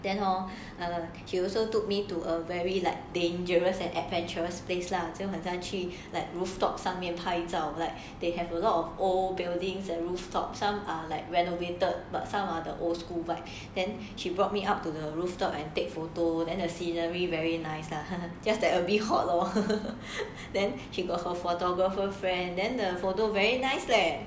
then hor she also took me to a very like dangerous and adventurous place lah 就很像去 rooftop 上面拍照 like they have a lot of old buildings and rooftop some are like renovated but some are the old school vibe then she brought me up to the rooftop and take photo then the scenery very nice lah !huh! just that a bit hot lor then she got her photographer friend then the photo very nice leh